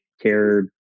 care